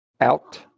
out